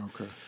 Okay